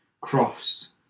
cross